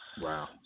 Wow